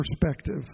perspective